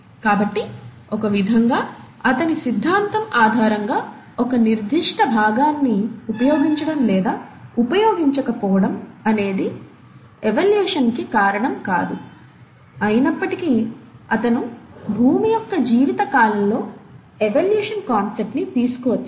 కాబట్టి ఒక విధంగా అతని సిద్ధాంతం ఆధారంగా ఒక నిర్దిష్ట భాగాన్ని ఉపయోగించడం లేదా ఉపయోగించకపోవడం అనేది ఎవల్యూషన్కి కారణం కాదు అయినప్పటికీ అతను భూమి యొక్క జీవిత కాలంలో ఎవల్యూషన్ కాన్సెప్ట్ ని తీసుకువచ్చాడు